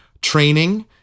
training